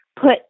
put